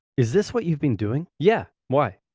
is this what you've been doing? yeah, why?